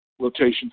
rotation